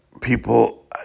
People